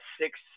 six